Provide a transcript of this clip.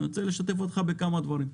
אני רוצה לשתף אותך בכמה דברים.